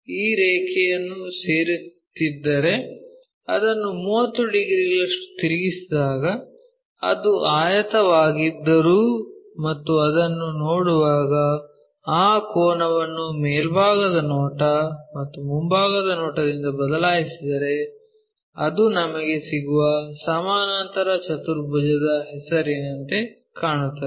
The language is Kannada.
ಈ ರೇಖೆಯನ್ನು ಸೇರುತ್ತಿದ್ದರೆ ಅದನ್ನು 30 ಡಿಗ್ರಿಗಳಷ್ಟು ತಿರುಗಿಸಿದಾಗ ಅದು ಆಯತವಾಗಿದ್ದರೂ ಮತ್ತು ಅದನ್ನು ನೋಡುವಾಗ ಆ ಕೋನವನ್ನು ಮೇಲ್ಭಾಗದ ನೋಟ ಮತ್ತು ಮುಂಭಾಗದ ನೋಟದಿಂದ ಬದಲಾಯಿಸಿದರೆ ಅದು ನಮಗೆ ಸಿಗುವ ಸಮಾನಾಂತರ ಚತುರ್ಭುಜದ ಹೆಸರಿನಂತೆ ಕಾಣುತ್ತದೆ